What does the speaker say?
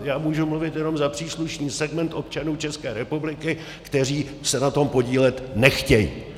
Já můžu mluvit jenom za příslušný segment občanů České republiky, kteří se na tom podílet nechtějí.